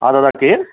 हा दादा केरु